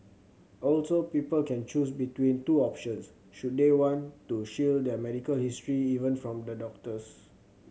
also people can choose between two options should they want to shield their medical history even from the doctors